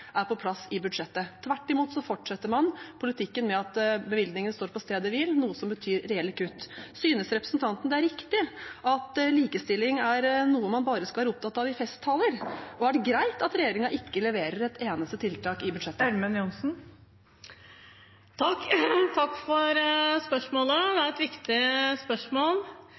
er på plass i budsjettet. Tvert imot fortsetter man politikken med at bevilgningen står på stedet hvil, noe som betyr reelle kutt. Synes representanten det er riktig at likestilling er noe man bare skal være opptatt av i festtaler, og er det greit at regjeringen ikke leverer et eneste tiltak i budsjettet? Takk for spørsmålet – det er et viktig spørsmål.